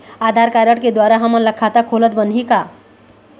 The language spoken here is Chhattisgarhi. आधार कारड के द्वारा हमन ला खाता खोलत बनही का?